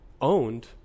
owned